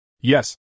Yes